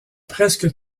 presque